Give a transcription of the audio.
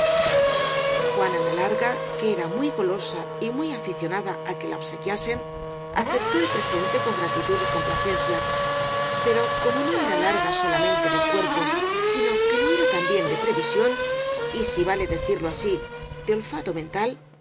juana la larga que era muy golosa y muy afi cionada á que la obsequiasen aceptó el presente con gratitud y complacencia pero como no era larga solamente de cuerpo sino que lo era también de previsión y si vale decirlo así de olfato men